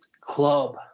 Club